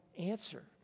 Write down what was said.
answer